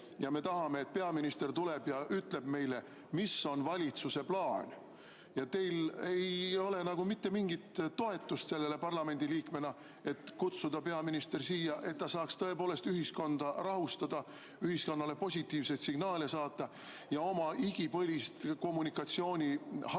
ja me tahame, et peaminister tuleks ja ütleks meile, mis on valitsuse plaan. Ja teil ei ole nagu mitte mingit toetust parlamendiliikmena sellele, et kutsuda peaminister siia, et ta saaks ühiskonda rahustada, ühiskonnale positiivseid signaale saata ja oma igipõlist kommunikatsiooni, halba